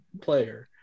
player